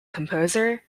composer